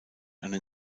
eine